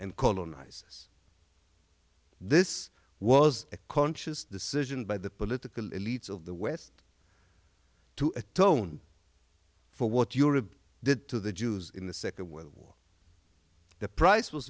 and colonise this was a conscious decision by the political elites of the west to atone for what europe did to the jews in the second world war the price was